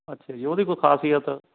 ਅੱਛਾ ਜੀ ਉਹਦੀ ਕੋਈ ਖਾਸੀਅਤ